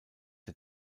der